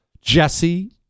Jesse